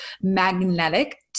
magnetic